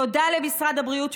תודה למשרד הבריאות,